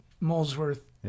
Molesworth